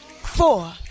Four